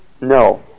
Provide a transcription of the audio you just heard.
No